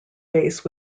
base